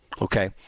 Okay